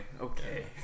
okay